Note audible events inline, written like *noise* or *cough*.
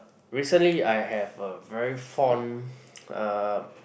recently I have a very fond *breath* uh